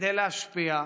כדי להשפיע,